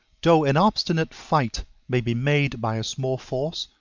though an obstinate fight may be made by a small force,